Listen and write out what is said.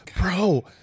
Bro